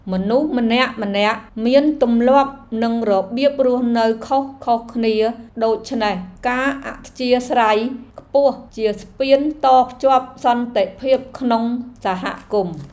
មនុស្សម្នាក់ៗមានទម្លាប់និងរបៀបរស់នៅខុសៗគ្នាដូច្នេះការអធ្យាស្រ័យខ្ពស់ជាស្ពានតភ្ជាប់សន្តិភាពក្នុងសហគមន៍។